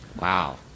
Wow